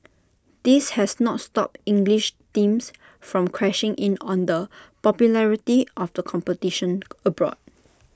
this has not stopped English teams from crashing in on the popularity of the competition abroad